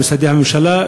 למשרדי הממשלה,